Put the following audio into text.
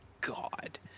God